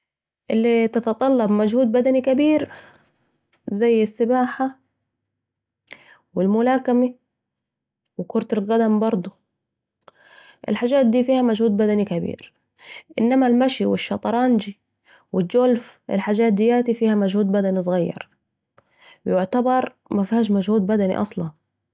اللي بتتطلب مجهود بدني كبير زي السباحه الملاكمه وكره القدم برضو الحاجات دي فيها مجهود كبير انما المشي الشطرنج الچولف الحاجات دي فيها مجهود بدن صغير ...ويعتبر مفهاش مجهود بدني أصلا